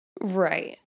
Right